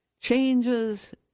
changes